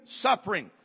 suffering